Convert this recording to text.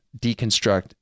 deconstruct